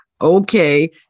okay